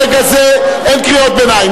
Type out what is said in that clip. ברגע זה אין קריאות ביניים.